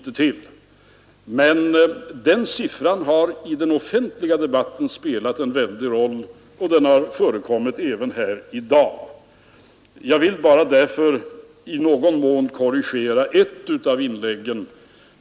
Den aktuella siffran över arbetslösheten har emellertid i den offentliga debatten spelat en väldig roll, och den har förekommit även här i dag. Jag vill därför bara i någon mån korrigera ett av inläggen.